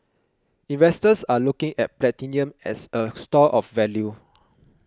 investors are looking at platinum as a store of value